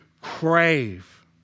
crave